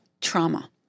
trauma